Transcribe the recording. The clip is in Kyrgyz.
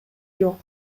жок